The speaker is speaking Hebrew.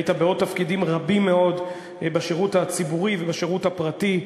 היית בעוד תפקידים רבים מאוד בשירות הציבורי ובשירות הפרטי.